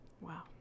Wow